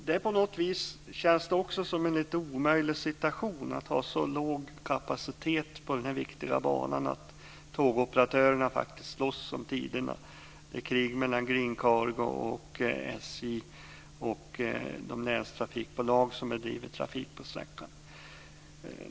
Det känns också som en lite omöjlig situation att ha en så låg kapacitet på den här viktiga banan att tågoperatörerna faktiskt slåss om tiderna. Det är krig mellan Green Cargo, SJ och de länstrafikbolag som bedriver trafik på sträckan.